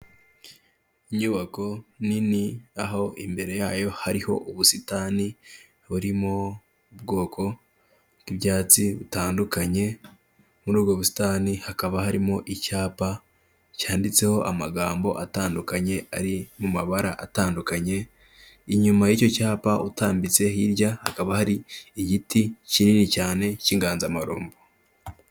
Inyubako nini aho imbere yayo hariho ubusitani buri mu bwoko bw'ibyatsi butandukanye muri ubwo busitani hakaba harimo icyapa cyanditseho amagambo atandukanye ari mu mabara atandukanye inyuma y'icyo cyapa utambitse hirya hakaba hari igiti kinini cyane cy'inganzamarumbo.